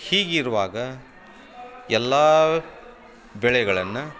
ಹೀಗಿರುವಾಗ ಎಲ್ಲ ಬೆಳೆಗಳನ್ನು